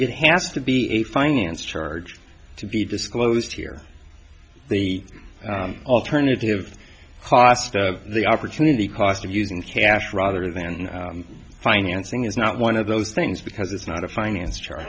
it has to be a finance charge to be disclosed here the alternative cost the opportunity cost of using cash rather than financing is not one of those things because it's not a finance charge